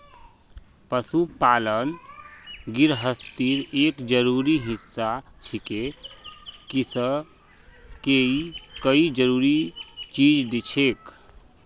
पशुपालन गिरहस्तीर एक जरूरी हिस्सा छिके किसअ के ई कई जरूरी चीज दिछेक